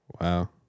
Wow